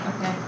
Okay